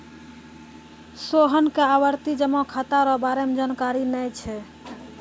सोहन के आवर्ती जमा खाता रो बारे मे जानकारी नै छै